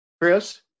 Chris